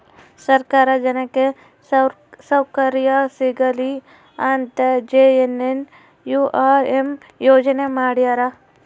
ಸರ್ಕಾರ ಜನಕ್ಕೆ ಸೌಕರ್ಯ ಸಿಗಲಿ ಅಂತ ಜೆ.ಎನ್.ಎನ್.ಯು.ಆರ್.ಎಂ ಯೋಜನೆ ಮಾಡ್ಯಾರ